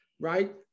right